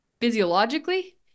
physiologically